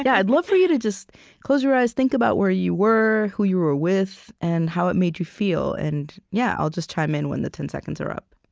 yeah i'd love for you to just close your eyes, think about where you were, who you were with, and how it made you feel. and yeah i'll just chime in when the ten seconds are up